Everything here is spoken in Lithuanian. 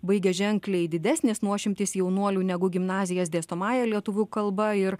baigia ženkliai didesnis nuošimtis jaunuolių negu gimnazijos dėstomąja lietuvių kalba ir